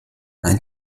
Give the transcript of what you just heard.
ein